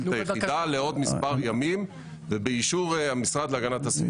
את היחידה לעוד מספר ימים ובאישור המשרד להגנת הסביבה.